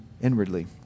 inwardly